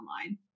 online